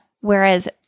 Whereas